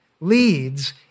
leads